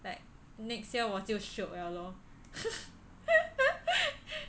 like next year 我就 shiok 了咯